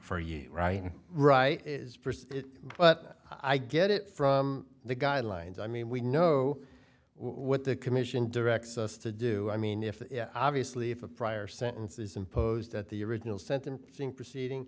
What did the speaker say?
you right right but i get it from the guidelines i mean we know what the commission directs us to do i mean if obviously if a prior sentences imposed at the original sentencing proceeding